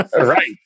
Right